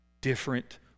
different